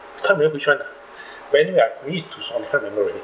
can't remember which one lah when we are can't remember already